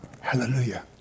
hallelujah